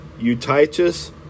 Eutychus